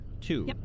two